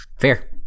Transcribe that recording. Fair